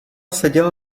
seděla